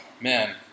man